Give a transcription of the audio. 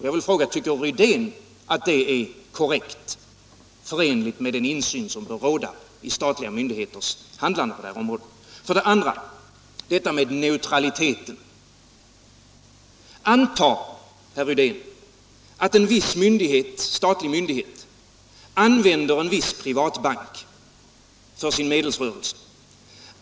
Tycker herr Rydén att det är korrekt och förenligt med den insyn som bör råda i statliga myndigheters handlande på detta område? Den andra frågan gäller neutraliteten. Antag, herr Rydén, att en viss statlig myndighet använder en viss privatbank för sin medelsrörelse.